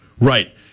Right